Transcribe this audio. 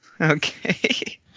Okay